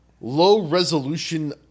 low-resolution